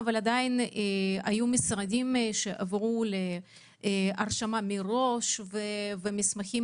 אבל עדיין יש משרדים שעברו להרשמה מראש ומסמכים